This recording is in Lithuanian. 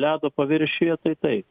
ledo paviršiuje tai taip